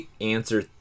answer